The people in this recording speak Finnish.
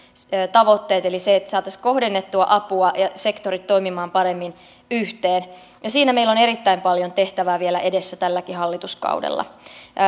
tavoitteet eli se että saataisiin kohdennettua ja sektorit toimimaan paremmin yhteen siinä meillä on erittäin paljon tehtävää vielä edessä tälläkin hallituskaudella